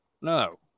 no